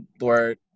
Lord